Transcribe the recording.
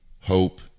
hope